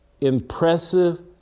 impressive